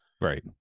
Right